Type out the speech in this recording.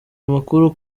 amakuru